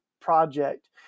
project